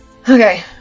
Okay